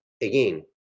Again